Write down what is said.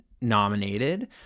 nominated